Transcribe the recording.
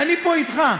אני פה אתך,